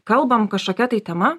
kalbam kažkokia tai tema